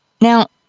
Now